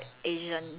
ya